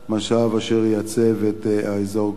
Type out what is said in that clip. מצב אשר ייצב את האזור כולו.